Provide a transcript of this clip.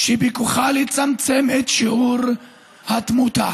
שבכוחה לצמצם את שיעור התמותה.